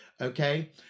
okay